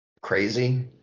crazy